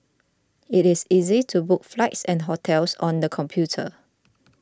it is easy to book flights and hotels on the computer